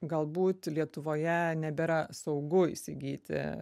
galbūt lietuvoje nebėra saugu įsigyti